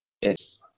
yes